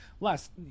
Last